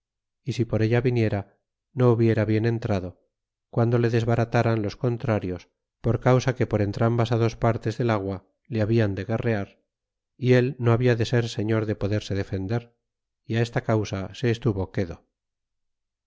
y si por ella viniera no hubiera bien entrado guando le desbarataran los contrarios por causa que por entrambas dos partes del agua le habian de guerrear y el no habia de ser señor de poderse defender y esta causa se estuvo quedo